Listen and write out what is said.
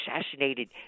assassinated